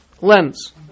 lens